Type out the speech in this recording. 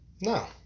no